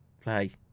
Play